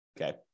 Okay